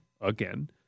again